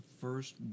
first